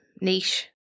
niche